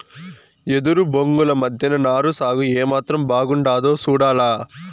ఎదురు బొంగుల మద్దెన నారు సాగు ఏమాత్రం బాగుండాదో సూడాల